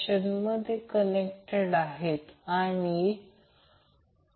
तर मला फक्त ही गोष्ट बनवू दे